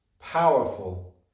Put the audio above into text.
powerful